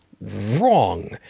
wrong